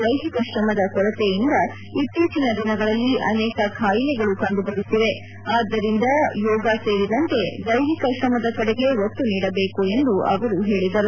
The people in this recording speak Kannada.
ದೈಹಿಕ ಶ್ರಮದ ಕೊರತೆಯಿಂದ ಇತ್ತೀಚಿನ ದಿನಗಳಲ್ಲಿ ಅನೇಕ ಕಾಯಿಲೆಗಳು ಕಂದುಬರುತ್ತಿವೆ ಆದ್ದರಿಂದ ಯೋಗ ಸೇರಿದಂತೆ ದೈಹಿಕ ಶ್ರಮದ ಕಡೆಗೆ ಒತ್ತು ನೀಡಬೇಕೆಂದು ಅವರು ಹೇಳಿದರು